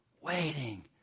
waiting